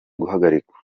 guhagurukirwa